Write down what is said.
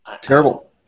terrible